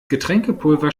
getränkepulver